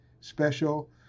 special